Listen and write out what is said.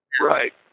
right